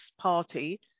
party